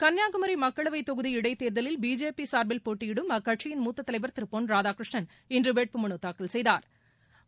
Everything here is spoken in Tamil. கன்னியாகுமரி மக்களவைத் தொகுதி இடைத்தேர்தலில் பிஜேபி சார்பில் போட்டியிடும் அக்கட்சியின் மூத்த தலைவா் திரு பொள் ராதாகிருஷ்ணன் இன்று வேட்புமனு தாக்கல் செய்தாா்